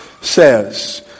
says